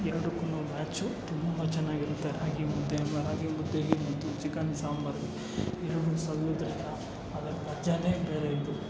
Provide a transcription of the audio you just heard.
ಎರಡಕ್ಕೂ ಮ್ಯಾಚು ತುಂಬ ಚೆನ್ನಾಗಿ ಇರುತ್ತೆ ರಾಗಿ ಮುದ್ದೆ ರಾಗಿ ಮುದ್ದೆ ಮತ್ತು ಚಿಕನ್ ಸಾಂಬಾರು ಎರಡು ಸವಿಯೋದನ್ನು ಅದರ ಮಜವೇ ಬೇರೆ ಇತ್ತು